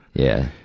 yeah.